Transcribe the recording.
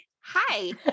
hi